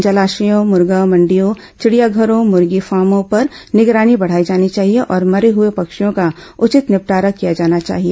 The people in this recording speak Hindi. जलाशयों मुर्गा मंडियों चिड़ियाघरों मुर्गी फॉर्मो पर निगरानी बढ़ाई जानी चाहिए और मरे हुए पक्षियों का उचित निपटारा किया जाना चाहिए